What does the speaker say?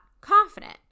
confident